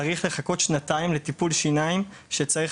צריך לחכות שנתיים לטיפול שיניים שצריך